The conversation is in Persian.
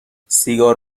سیگار